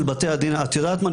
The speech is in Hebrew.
את יודעת מה,